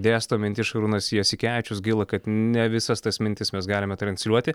dėsto mintis šarūnas jasikevičius gaila kad ne visas tas mintis mes galime transliuoti